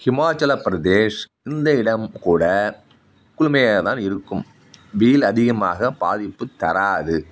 ஹிமாச்சல் பிரதேஷ் இந்த இடம் கூட குளுமையாகதான் இருக்கும் வெயில் அதிகமாக பாதிப்பு தராது